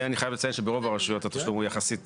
אני חייב לציין שברוב הרשויות התשלום הוא יחסית קטן.